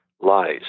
lies